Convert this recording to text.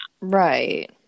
Right